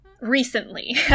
recently